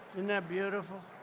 and that beautiful?